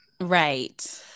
right